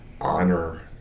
honor